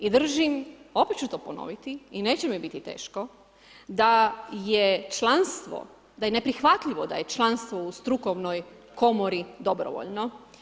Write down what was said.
I držim, opet ću to ponoviti i neće mi biti teško da je članstvo, da je neprihvatljivo da je članstvo u strukovnoj komori dobrovoljno.